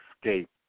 escape